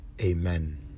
amen